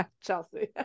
Chelsea